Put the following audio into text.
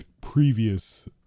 previous